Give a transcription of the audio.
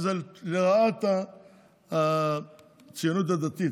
וזה לרעת הציונות הדתית,